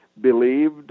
believed